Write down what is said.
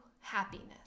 happiness